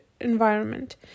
environment